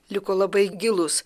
liko labai gilūs